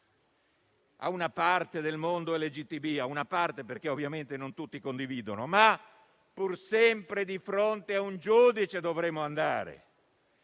a una parte del mondo LGBT (a una parte, perché ovviamente non tutti condividono). Pur sempre di fronte a un giudice dovremo andare,